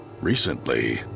Recently